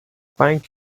thank